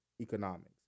economics